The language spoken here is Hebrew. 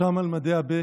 שם על מדי הב',